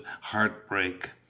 heartbreak